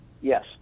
yes